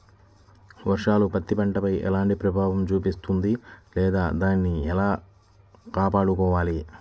వర్షాలు పత్తి పంటపై ఎలాంటి ప్రభావం చూపిస్తుంద లేదా దానిని ఎలా కాపాడుకోవాలి?